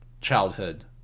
childhood